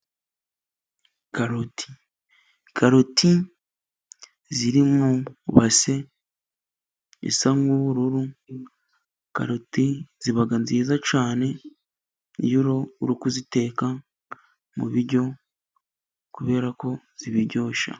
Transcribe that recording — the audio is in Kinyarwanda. Karoti. Karoti ziri mu base isa nk'ubururu. Karoti ziba nziza cyane iyo uri kuziteka mu biryo, kubera ko zibiryoshya.